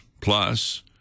plus